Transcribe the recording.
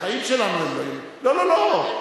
לא לא לא,